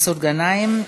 מסעוד גנאים.